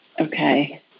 Okay